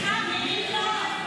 סליחה, מירי פה.